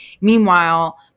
Meanwhile